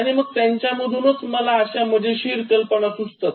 आणि मग त्यांच्या मधूनच मला अश्या मजेशीर कल्पना सुचतात